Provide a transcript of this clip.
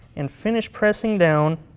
and finish pressing down